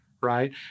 right